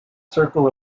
circle